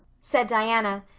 said diana,